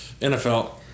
NFL